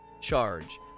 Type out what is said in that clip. charge